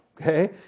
okay